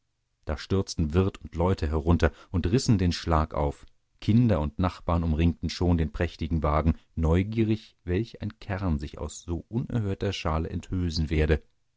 da stürzten wirt und leute herunter und rissen den schlag auf kinder und nachbarn umringten schon den prächtigen wagen neugierig welch ein kern sich aus so unerhörter schale enthüllen werde